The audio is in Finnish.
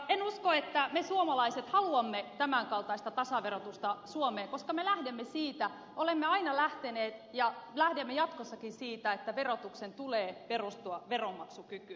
en usko että me suomalaiset haluamme tämän kaltaista tasaverotusta suomeen koska me lähdemme siitä olemme aina lähteneet ja lähdemme jatkossakin siitä että verotuksen tulee perustua veronmaksukykyyn